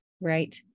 Right